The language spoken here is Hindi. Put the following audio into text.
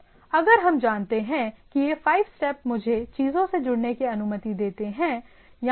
अगर हम जानते हैं कि यह 5 स्टेप मुझे चीजों से जुड़ने की अनुमति देते हैं